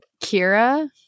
Kira